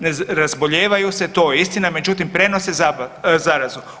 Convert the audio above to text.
Ne razbolijevaju se to je istina, međutim prenose zarazu.